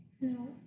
No